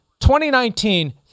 2019